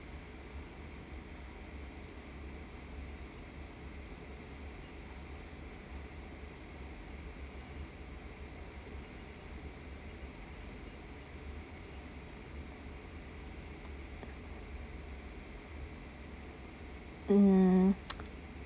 mm